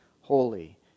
holy